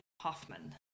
Hoffman